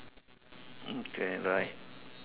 okay right